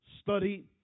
study